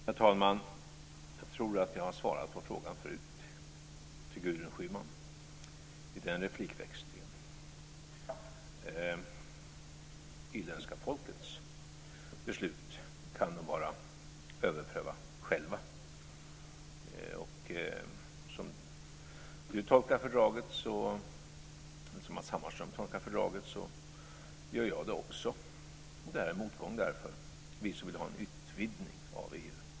Herr talman! Jag tror att jag har svarat på frågan förut - till Gudrun Schyman i replikväxlingen med henne. Det irländska folkets beslut kan det bara överpröva självt. Som Matz Hammarström tolkar fördraget gör jag det också, och det är därför en motgång för oss som vill ha en utvidgning av EU.